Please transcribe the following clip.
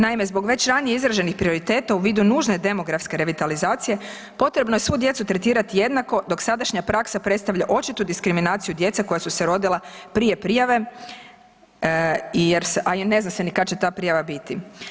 Naime, zbog već ranijeg izraženih prioriteta u vidu nužne demografske revitalizacije, potrebno je svu djecu tretirati jednako, dok sadašnja praksa predstavlja očitu diskriminaciju djece koja su se rodila prije prijave i, jer se, a i ne zna se kad će ta prijava biti.